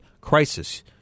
crisis